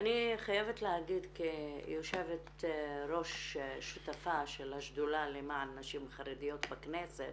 אני חייבת להגיד כיושבת ראש שותפה של השדולה למען נשים חרדיות בכנסת